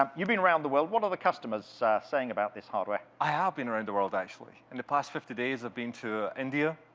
um you've been around the world. what are the customers saying about this hardware? i have ah been around the world, actually. in the past fifty days, i've been to india,